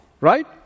right